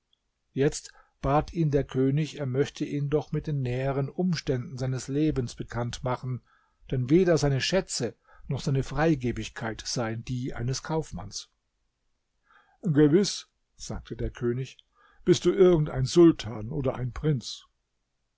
jetzt bat ihn der könig er möchte ihn doch mit den näheren umständen seines lebens bekanntmachen denn weder seine schätze noch seine freigebigkeit seien die eines kaufmanns gewiß sagte der könig bist du irgend ein sultan oder ein prinz